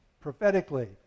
prophetically